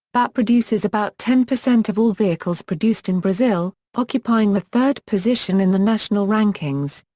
but produces about ten percent of all vehicles produced in brazil, occupying the third position in the national rankings.